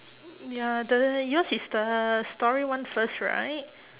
ya the yours is the story one first right